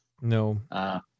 No